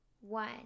One